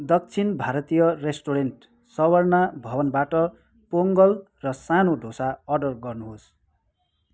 दक्षिण भारतीय रेस्टुरेन्ट सर्वना भवनबाट पोङ्गल र सानो डोसा अर्डर गर्नुहोस्